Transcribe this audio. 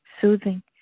soothing